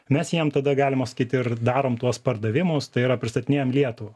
mes jiem tada galima sakyt ir darom tuos pardavimus tai yra pristatinėjam lietuvą